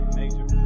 major